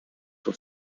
for